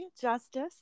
justice